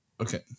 okay